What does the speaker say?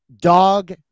dog